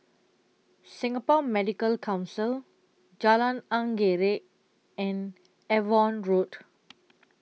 Singapore Medical Council Jalan Anggerek and Avon Road